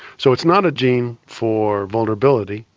so it's not a gene for vulnerability,